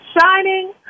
shining